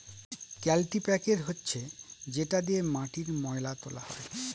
কাল্টিপ্যাকের হচ্ছে যেটা দিয়ে মাটির ময়লা তোলা হয়